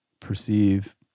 perceive